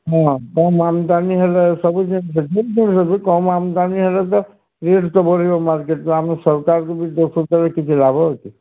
ମୁଁ ଆପଣ ଆମଦାନୀ ହେଲେ ସବୁ ଜିନିଷ କମ୍ ଆମଦାନୀ ହେଲେ ତ ରେଟ୍ ତ ବଢ଼ିବ ମାର୍କେଟରେ ତ ଆମେ ସରକାରକୁ ବି ଦୋଷ ଦେଲେ କିଛି ଲାଭ ଅଛି